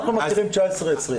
אנחנו מכירים 19%-20%.